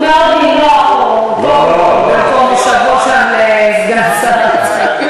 יש לי שני נושאים עיקריים, גברים